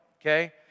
Okay